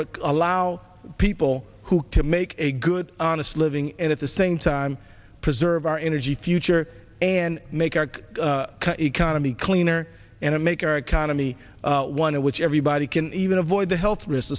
work allow people who to make a good honest living and at the same time preserve our energy future and make our economy cleaner and make our economy one in which everybody can even avoid the health risks